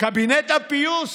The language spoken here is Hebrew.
קבינט הפיוס,